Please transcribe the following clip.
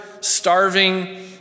starving